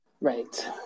Right